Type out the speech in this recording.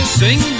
sing